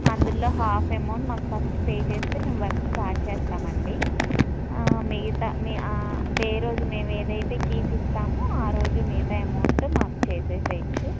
అందులో half amount మాకు first pay చేస్తే మేము వర్క్ స్టార్ట్ చేస్తామండి మిగతా మీ దే రోజు మేము ఏదైతే కీస్ ఇస్తాము ఆ రోజు మిగతా అమౌంట్ మాకు చేసేసేయచ్చు